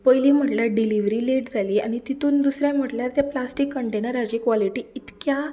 पयली म्हणल्यार delivery late जाली आनी तितून दुसरें म्हणल्यार त्या प्लास्टीक कंटेनरांची कॉलिटी इतक्या